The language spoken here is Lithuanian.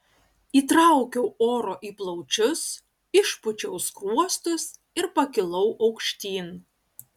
įtraukiau oro į plaučius išpūčiau skruostus ir pakilau aukštyn